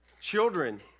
Children